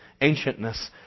ancientness